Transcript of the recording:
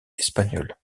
espagnole